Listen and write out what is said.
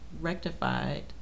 rectified